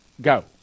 Go